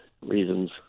reasons